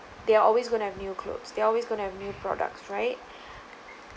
they are always gonna have new clothes they're always gonna have new products right